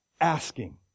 asking